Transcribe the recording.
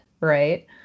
right